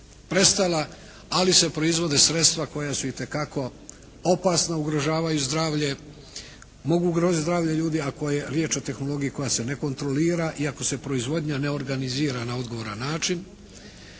prestala, ali se proizvode sredstva koja su itekako opasna ugrožavajući zdravlje. Mogu ugroziti zdravlje ljudi ako je riječ o tehnologiji koja se ne kontrolira i ako se proizvodnja ne organizira na odgovoran način